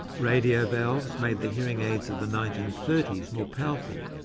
radio valves made the hearing aids of the nineteen thirty s more powerful,